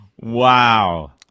Wow